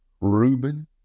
Reuben